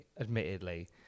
admittedly